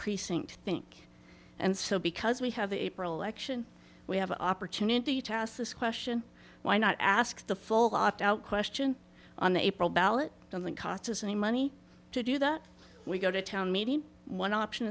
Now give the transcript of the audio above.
precinct think and so because we have the april action we have an opportunity to ask this question why not ask the full opt out question on april ballot doesn't cost us any money to do that we go to town meeting one option